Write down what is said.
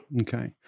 Okay